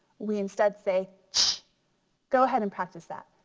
we instead say go ahead and practice that